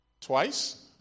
twice